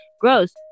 gross